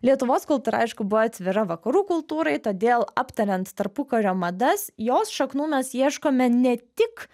lietuvos kultūra aišku buvo atvira vakarų kultūrai todėl aptariant tarpukario madas jos šaknų mes ieškome ne tik